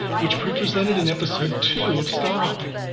which we presented in episode two of star hopping.